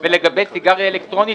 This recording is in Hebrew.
ולגבי סיגריה אלקטרונית,